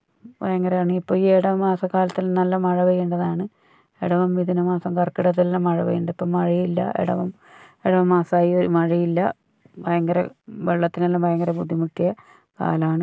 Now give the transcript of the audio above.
ഭയങ്കരാണ് ഇപ്പൊ ഈ ഇടവ മാസക്കാലത്തില് നല്ല മഴ പെയ്യേണ്ടതാണ് ഇടവം മിഥുന മാസം കർക്കിടകത്തിലെല്ലാം മഴ പെയ്യണ്ട ഇപ്പൊ മഴയില്ല ഇടവം ഇടവ മാസമായി ഒരു മഴയില്ല ഭയങ്കര വെള്ളത്തിനെല്ലാം ഭയങ്കര ബുദ്ധിമുട്ടിയ കാലാണ്